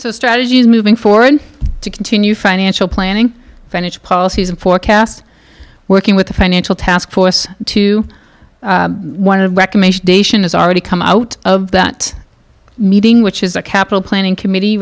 the strategy is moving forward to continue financial planning finished policies and forecasts working with the financial taskforce to one of recommendation has already come out of that meeting which is a capital planning committee